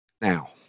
Now